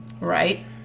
right